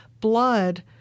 blood